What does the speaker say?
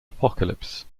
apocalypse